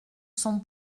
son